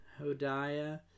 Hodiah